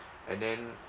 and then